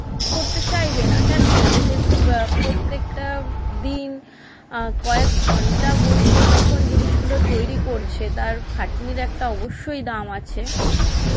করতে চাইবে না কেন করবে সে প্রত্যেকটা দিন কয়েক ঘন্টা বসে যখন জিনিসগুলো তৈরি করছে তার খাটনির একটা অবশ্যই দাম আছে